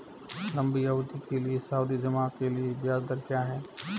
लंबी अवधि के सावधि जमा के लिए ब्याज दर क्या है?